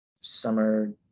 summer